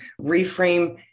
reframe